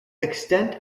extent